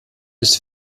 ist